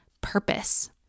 purpose